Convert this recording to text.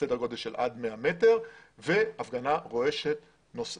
סדר גודל של עד 100 מטרים והפגנה רועשת נוספת.